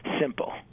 simple